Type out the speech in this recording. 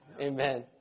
amen